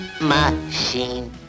machine